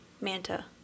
Manta